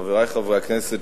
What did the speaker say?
חברי חברי הכנסת,